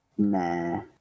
Nah